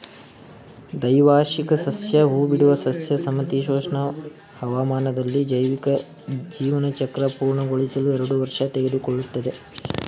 ದ್ವೈವಾರ್ಷಿಕ ಸಸ್ಯ ಹೂಬಿಡುವ ಸಸ್ಯ ಸಮಶೀತೋಷ್ಣ ಹವಾಮಾನದಲ್ಲಿ ಜೈವಿಕ ಜೀವನಚಕ್ರ ಪೂರ್ಣಗೊಳಿಸಲು ಎರಡು ವರ್ಷ ತೆಗೆದುಕೊಳ್ತದೆ